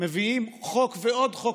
מביאים חוק ועוד חוק,